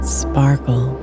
sparkle